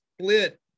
split –